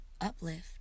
uplift